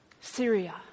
Syria